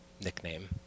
nickname